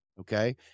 okay